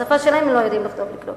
בשפה שלהם לא יודעים לכתוב ולקרוא.